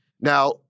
Now